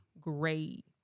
great